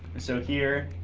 so here,